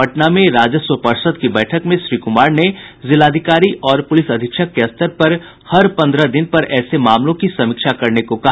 पटना में राजस्व पर्षद की बैठक में श्री कुमार ने जिलाधिकारी और पुलिस अधीक्षक के स्तर पर हर पन्द्रह दिन पर ऐसे मामलों की समीक्षा करने को कहा